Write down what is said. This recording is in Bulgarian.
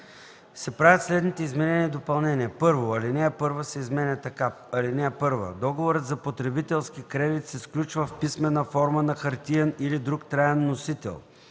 се правят следните изменения и допълнения: 1. Алинея 1 се изменя така: „(1) Договорът за потребителски кредит се сключва в писмена форма, на хартиен или друг траен носител,